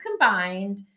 combined